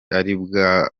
aribwa